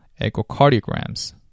echocardiograms